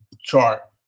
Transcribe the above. chart